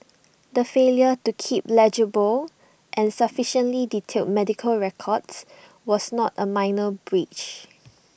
the failure to keep legible and sufficiently detailed medical records was not A minor breach